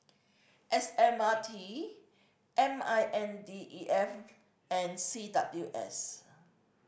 S M R T M I N D E F and C W S